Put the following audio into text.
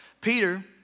Peter